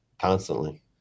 constantly